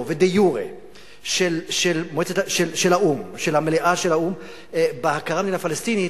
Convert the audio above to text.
ודה-יורה של מליאת האו"ם במדינה פלסטינית,